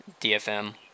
DFM